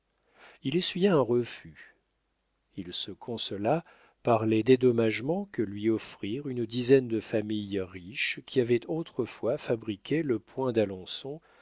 il essuya un refus il se consola par les dédommagements que lui offrirent une dizaine de familles riches qui avaient autrefois fabriqué le point d'alençon